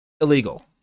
illegal